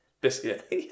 biscuit